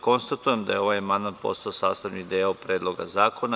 Konstatujem da je ovaj amandman postao sastavni deo Predloga zakona.